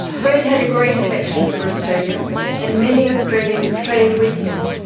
fred had a great affection for australia and many australians trained with him.